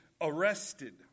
arrested